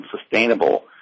sustainable